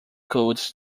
codes